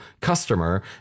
customer